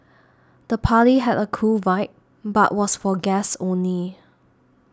the party had a cool vibe but was for guests only